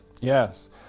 Yes